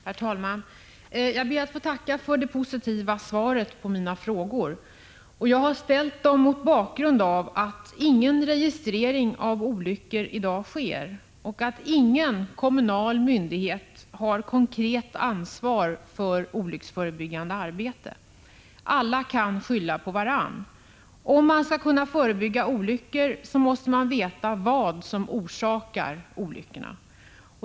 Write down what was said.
Herr talman! Jag ber att få tacka för det positiva svaret på mina frågor. Jag har ställt dem mot bakgrund av att ingen registrering av olyckor i dag sker och att ingen kommunal myndighet har konkret ansvar för olycksförebyggande arbete. Alla kan skylla på varandra. Om man skall kunna förebygga olyckor måste man veta vad som orsakar olyckorna.